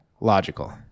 logical